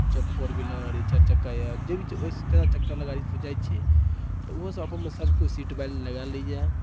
चाहे four wheeler चारि चक्का यए जे भी यए ओहिसँ चारि चक्कावला गाड़ीसँ जाइ छै तऽ ओहो सभमे सभ कोइ सीट बेल्ट लगा लैए